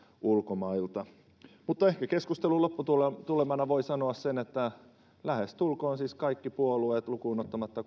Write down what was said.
ulkomailta ehkä keskustelun lopputulemana voi siis sanoa sen että lähestulkoon kaikki puolueet lukuun ottamatta